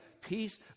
peace